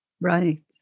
Right